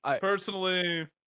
Personally